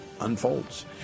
unfolds